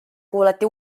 kuulati